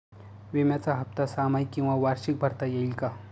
विम्याचा हफ्ता सहामाही किंवा वार्षिक भरता येईल का?